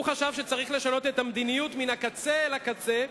הוא חשב שצריך לשנות את המדיניות מן הקצה אל הקצה,